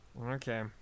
Okay